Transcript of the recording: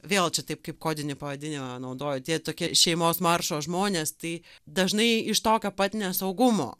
vėl čia taip kaip kodinį pavadinimą naudoja tie tokie šeimos maršo žmonės tai dažnai iš tokio pat nesaugumo